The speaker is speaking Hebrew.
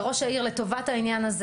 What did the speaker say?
וראש העיר העמיד לטובת העניין הזה